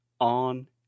on